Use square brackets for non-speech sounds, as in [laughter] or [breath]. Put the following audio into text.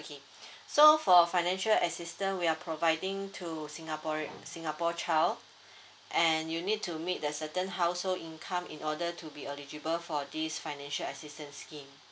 okay [breath] so for financial assistance we are providing to singaporea~ singapore child [breath] and you need to meet the certain household income in order to be eligible for this financial assistance scheme